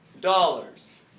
dollars